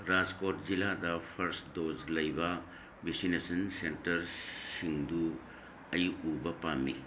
ꯔꯥꯁꯀꯣꯠ ꯖꯤꯜꯂꯥꯗ first dose ꯂꯩꯕ vaccination ꯁꯦꯟꯇꯔꯁꯤꯡꯗꯨ ꯑꯩ ꯎꯕ ꯄꯥꯝꯃꯤ